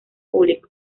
público